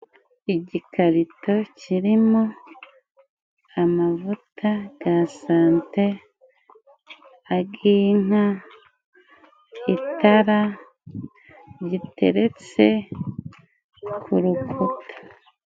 Igikarito kirimo amavuta ga sante, ag'inka, itara riteretse ku rukuta.